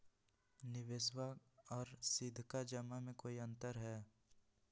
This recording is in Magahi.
निबेसबा आर सीधका जमा मे कोइ अंतर हय?